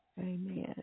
amen